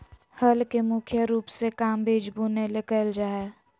हल के मुख्य रूप से काम बिज बुने ले कयल जा हइ